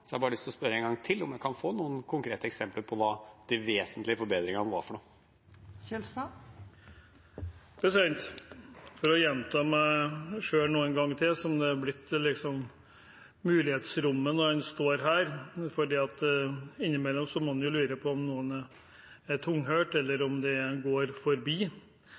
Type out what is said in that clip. Jeg har bare lyst til å spørre en gang til om vi kan få noen konkrete eksempler på hva disse vesentlige forbedringene var. Jeg får gjenta meg selv en gang til, som har blitt mulighetsrommet når en står her. Innimellom må en jo lure på om noen er tunghørt, eller om det går forbi.